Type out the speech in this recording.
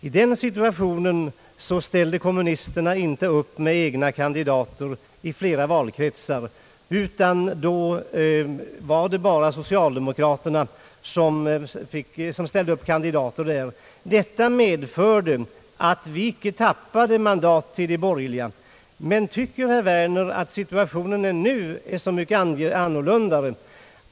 I flera valkretsar ställde kommunisterna då inte upp med egna kandidater, utan för dem som företrädde ATP var det bara socialdemokraterna som där ställde upp kandidater. Detta medförde, att vi icke behövde tappa mandat till de borgerliga. Men tycker herr Werner att situationen nu är så mycket annorlunda?